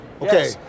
Okay